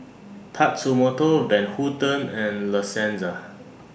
Tatsumoto Van Houten and La Senza